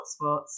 hotspots